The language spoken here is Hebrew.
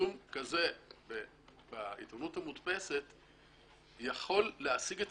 שפרסום כזה בעיתונות המודפסת יכול להשיג את